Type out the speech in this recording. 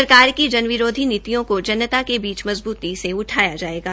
सरकार की जनविरोधी नीतियों को जनता के बीच मजबूती से उठाया जाएगा